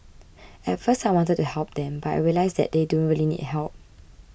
at first I wanted to help them but I realised that they don't really need help